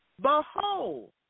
behold